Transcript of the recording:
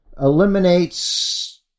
eliminates